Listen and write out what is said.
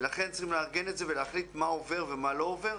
ולכן צריכים לארגן את זה ולהחליט מה עובר ומה לא עובר.